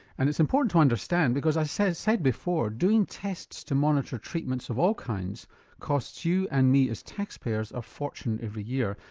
and it's important to understand, because as i said said before, doing tests to monitor treatments of all kinds costs you and me as taxpayers, a fortune every year,